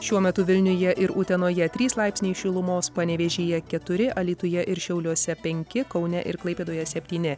šiuo metu vilniuje ir utenoje trys laipsniai šilumos panevėžyje keturi alytuje ir šiauliuose penki kaune ir klaipėdoje septyni